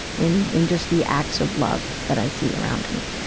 in in just the acts of love that i see around me.